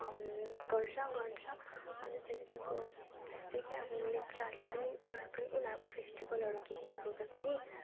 गर्छ गर्छ अन्त त्यहाँदेखिको त्यस्तै कि अब लेप्चाहरूले पनि उनीहरूकै उनीहरूको फेस्टिबलहरू के केहरू हुँदाखेरि